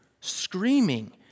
screaming